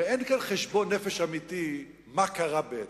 הרי אין כאן חשבון נפש אמיתי מה קרה בעצם,